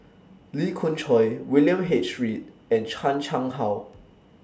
Lee Khoon Choy William H Read and Chan Chang How